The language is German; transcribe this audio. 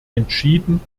entschieden